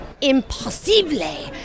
Impossible